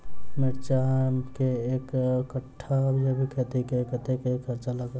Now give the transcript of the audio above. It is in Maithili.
मिर्चा केँ एक कट्ठा जैविक खेती मे कतेक खर्च लागत?